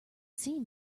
scene